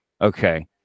Okay